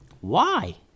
Why